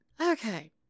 Okay